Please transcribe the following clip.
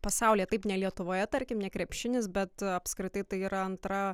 pasaulyje taip ne lietuvoje tarkim ne krepšinis bet apskritai tai yra antra